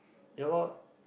yalor